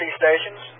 stations